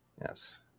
yes